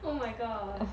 oh my god